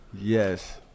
Yes